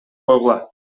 койгула